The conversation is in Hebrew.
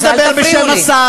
אני לא מדבר בשם השר.